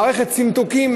מערכת צנתוקים,